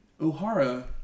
Ohara